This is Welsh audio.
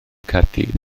caerdydd